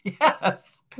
yes